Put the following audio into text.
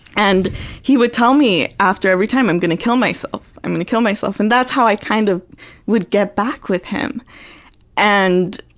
and he would tell me after every time, i'm gonna kill myself, i'm gonna kill myself. and that's how i kind of would get back with him and,